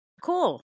cool